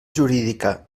jurídica